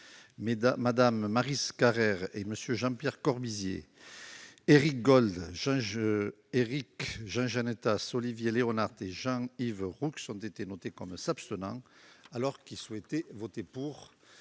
Mme Maryse Carrère et MM. Jean-Pierre Corbisez, Éric Gold, Éric Jeansannetas, Olivier Léonhardt et Jean-Yves Roux ont été notés comme s'abstenant, alors qu'ils souhaitaient voter pour.